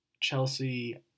Chelsea